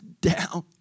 down